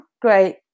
Great